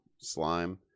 Slime